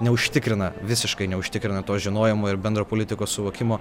neužtikrina visiškai neužtikrina to žinojimo ir bendro politikos suvokimo